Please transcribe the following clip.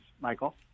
Michael